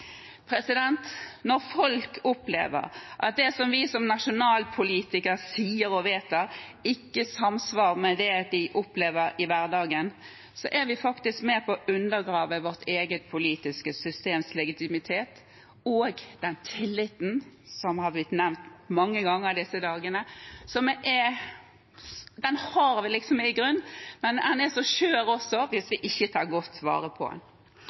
Når folk opplever at det som vi som nasjonalpolitikere sier og vedtar, ikke er i samsvar med det de opplever i hverdagen, er vi med på å undergrave vårt eget politiske systems legitimitet og den tilliten som har blitt nevnt mange ganger i disse dagene. Den har vi i grunnen, men den er også skjør – hvis vi ikke tar godt vare på den. Jeg vil benytte anledningen til også å framheve en